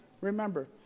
remember